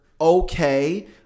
okay